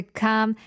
come